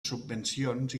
subvencions